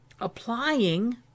applying